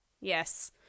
Yes